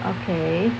okay